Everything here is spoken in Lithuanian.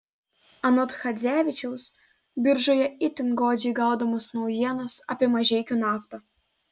anot chadzevičiaus biržoje itin godžiai gaudomos naujienos apie mažeikių naftą